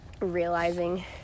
realizing